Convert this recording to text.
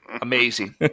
amazing